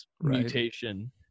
mutation